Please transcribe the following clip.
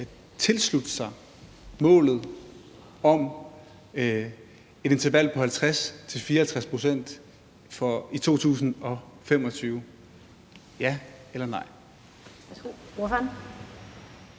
tilslutte sig målet om et interval på 50-54 pct. for 2025? Ja eller nej?